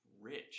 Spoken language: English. rich